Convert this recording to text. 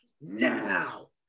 Now